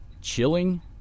chilling